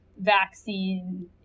Vaccine